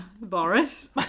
Boris